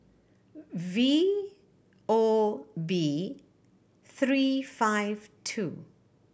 V O B three five two